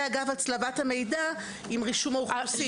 אגב הצלבת המידע עם רישום האוכלוסין.